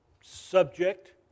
subject